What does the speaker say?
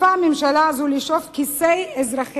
הממשלה הזאת מעדיפה לשאוב מכיסי אזרחיה